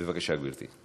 בבקשה, גברתי.